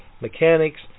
mechanics